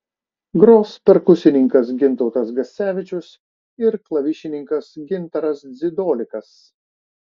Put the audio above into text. gros perkusininkas gintautas gascevičius ir klavišininkas gintaras dzidolikas